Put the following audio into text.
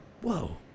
Whoa